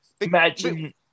imagine